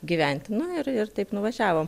gyventi nu ir ir taip nuvažiavom